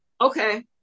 Okay